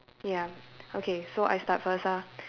ya okay so I start first ah